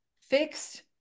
fixed